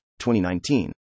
2019